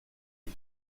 lui